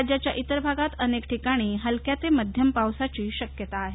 राज्याच्या इतर भागात अनेक ठिकाणी हलक्या ते मध्यम पावसाची शक्यता आहे